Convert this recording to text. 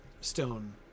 stone